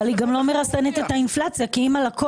אבל היא גם לא מרסנת את האינפלציה כי אם הלקוח